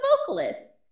vocalists